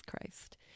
Christ